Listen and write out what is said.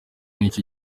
nicyo